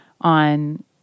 on